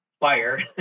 fire